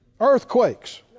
Earthquakes